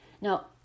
Now